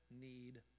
need